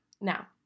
Now